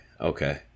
Okay